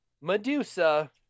Medusa